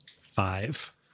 Five